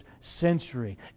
century